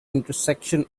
intersection